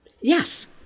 Yes